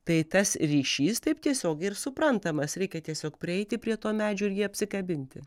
tai tas ryšys taip tiesiogiog ir suprantamas reikia tiesiog prieiti prie to medžio ir jį apsikabinti